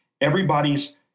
everybody's